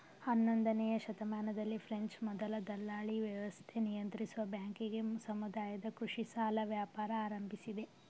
ಹನ್ನೊಂದನೇಯ ಶತಮಾನದಲ್ಲಿ ಫ್ರೆಂಚ್ ಮೊದಲ ದಲ್ಲಾಳಿವ್ಯವಸ್ಥೆ ನಿಯಂತ್ರಿಸುವ ಬ್ಯಾಂಕಿಂಗ್ ಸಮುದಾಯದ ಕೃಷಿ ಸಾಲ ವ್ಯಾಪಾರ ಆರಂಭಿಸಿದೆ